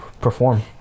perform